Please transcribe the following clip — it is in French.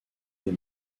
les